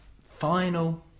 final